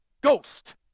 ghost